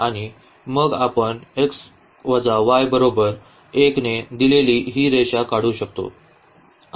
आणि मग आपण 1 ने दिलेली ही रेषा काढू शकतो